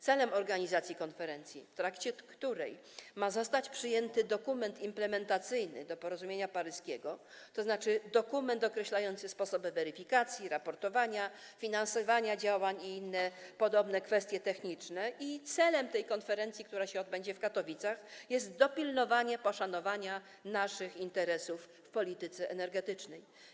Celem konferencji, w trakcie której ma zostać przyjęty dokument implementacyjny do porozumienia paryskiego, tzn. dokument określający sposoby weryfikacji, raportowania, finansowania działań i inne podobne kwestie techniczne, celem tej konferencji, która się odbędzie w Katowicach, jest dopilnowanie poszanowania naszych interesów w polityce energetycznej.